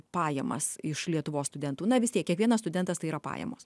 pajamas iš lietuvos studentų na vis tiek kiekvienas studentas tai yra pajamos